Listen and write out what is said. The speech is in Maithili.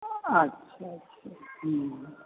अच्छा अच्छा हुँ